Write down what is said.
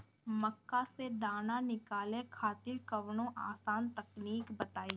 मक्का से दाना निकाले खातिर कवनो आसान तकनीक बताईं?